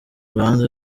ruhande